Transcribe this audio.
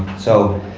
so